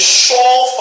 sure